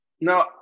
Now